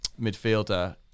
midfielder